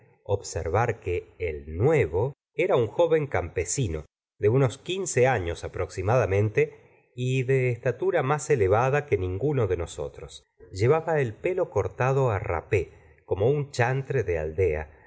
observar que el nuevo era un joven campesino de unos quince afios aproximadamente y de estatura más elevada que ninguno de nosotros llevaba el pelo cortado rape como un chantre de aldea